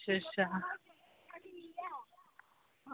अच्छा अच्छा